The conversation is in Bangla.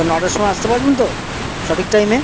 তো নটার সময় আসতে পারবেন তো সঠিক টাইমে